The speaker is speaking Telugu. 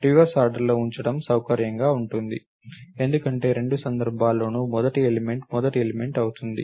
రివర్స్ ఆర్డర్లో ఉంచడం సౌకర్యంగా ఉంటుంది ఎందుకంటే రెండు సందర్భాల్లోనూ మొదటి ఎలిమెంట్ మొదటి ఎలిమెంట్ అవుతుంది